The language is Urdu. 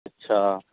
اچھا